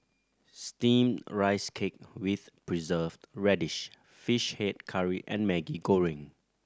Steamed Rice Cake with Preserved Radish Fish Head Curry and Maggi Goreng